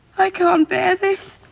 i can't bear this.